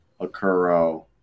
Akuro